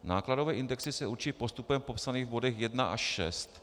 Nákladové indexy se určí postupem popsaným v bodech 1 až 6.